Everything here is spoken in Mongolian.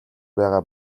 байгаа